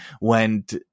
went